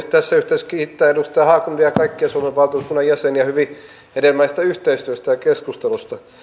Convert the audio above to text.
tässä yhteydessä kiittää edustaja haglundia ja kaikkia suomen valtuuskunnan jäseniä hyvin hedelmällisestä yhteistyöstä ja keskustelusta